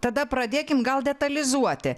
tada pradėkim gal detalizuoti